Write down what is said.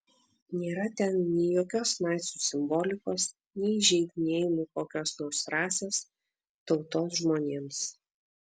nėra ten nei jokios nacių simbolikos nei įžeidinėjimų kokios nors rasės tautos žmonėms